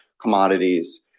commodities